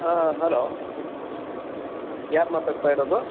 ಹಾಂ ಹಲೋ ಯಾರು ಮಾತಾಡ್ತಾ ಇರೋದು